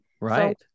Right